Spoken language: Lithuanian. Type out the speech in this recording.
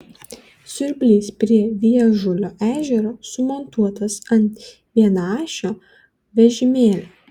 siurblys prie žiežulio ežero sumontuotas ant vienaašio vežimėlio